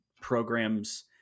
programs